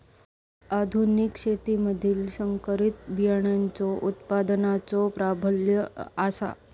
आधुनिक शेतीमधि संकरित बियाणांचो उत्पादनाचो प्राबल्य आसा